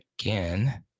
again